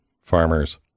farmers